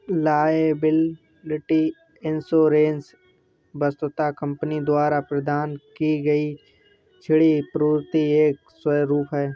liability insurance वस्तुतः company द्वारा प्रदान की गई क्षतिपूर्ति का एक स्वरूप है